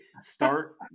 start